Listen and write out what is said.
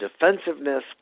defensiveness